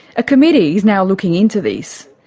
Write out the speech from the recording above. a committee is now looking into this.